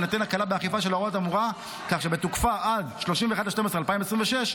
תינתן הקלה באכיפה של ההוראה האמורה כך שבתוקפה עד 31 בדצמבר 2026,